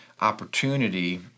opportunity